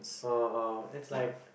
orh orh it's like